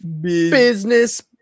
Business